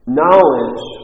knowledge